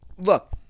Look